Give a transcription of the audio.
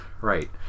Right